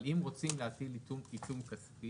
אבל אם רוצים להטיל עיצום כספי,